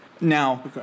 now